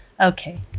Okay